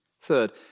Third